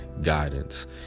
Guidance